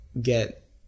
get